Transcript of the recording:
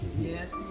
Yes